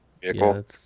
vehicle